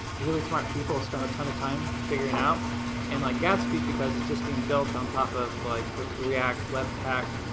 really smart people spent a ton of time figuring out and like gatsby, because it's just being built on top of like, the react, webpack,